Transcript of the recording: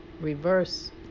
reverse